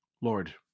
lord